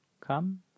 come